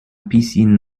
piscine